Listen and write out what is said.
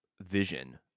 vision